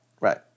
Right